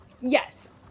Yes